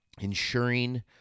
ensuring